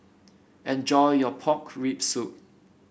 enjoy your Pork Rib Soup